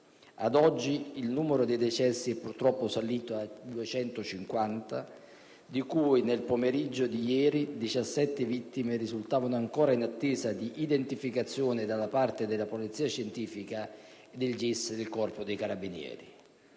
Ad oggi, il numero dei decessi è purtroppo salito a 250, di cui nel pomeriggio di ieri 17 vittime risultavano ancora in attesa di identificazione da parte della polizia scientifica e dal GIS dell'Arma dei carabinieri.